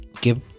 give